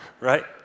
right